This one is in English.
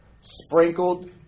sprinkled